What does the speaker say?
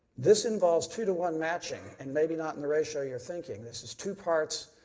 this involves two two one matching, and maybe not in the ratio you are thinking. this is two parts,